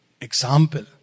example